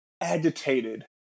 agitated